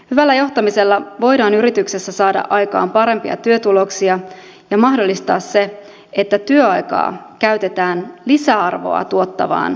hyvällä johtamisella voidaan yrityksessä saada aikaan parempia työtuloksia ja mahdollistaa se että työaikaa käytetään lisäarvoa tuottavaan työhön